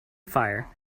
fire